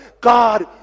God